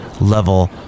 level